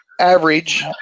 average